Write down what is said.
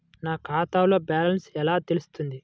నా ఖాతాలో బ్యాలెన్స్ ఎలా తెలుస్తుంది?